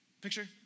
picture